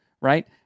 right